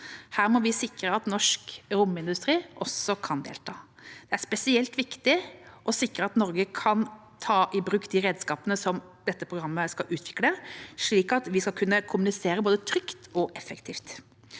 Her må vi sikre at norsk romindustri også kan delta. Det er spesielt viktig å sikre at Norge kan ta i bruk de redskapene som dette programmet skal utvikle, slik at vi skal kunne kommunisere trygt og effektivt,